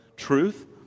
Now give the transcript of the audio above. truth